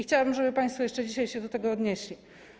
Chciałabym, żeby państwo jeszcze dzisiaj się do tego odnieśli.